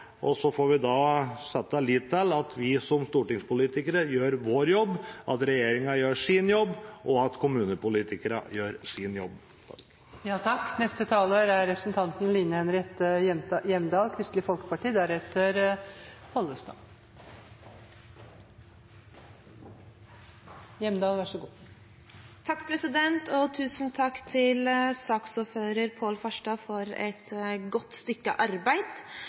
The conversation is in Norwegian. Så får vi sette vår lit til at vi som stortingspolitikere gjør vår jobb, at regjeringen gjør sin jobb, og at kommunepolitikerne gjør sin jobb. Tusen takk til saksordfører Pål Farstad for et godt stykke arbeid. Ja, dette er